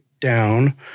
down